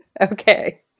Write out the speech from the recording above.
Okay